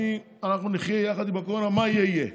אנחנו נחיה יחד עם הקורונה, מה שיהיה יהיה.